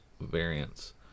variants